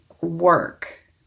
work